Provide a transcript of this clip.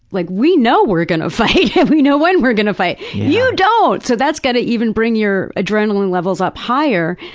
like we know we're going to fight. we know when we're going to fight. you don't! so that's gotta even bring your adrenaline levels up higher,